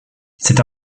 cette